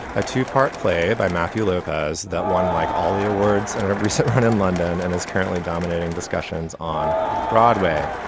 a two part play by matthew lopez. that one, like all the awards and a recent run in london and is currently dominating discussions on broadway.